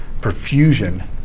perfusion